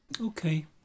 okay